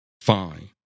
Fine